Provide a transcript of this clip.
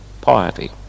piety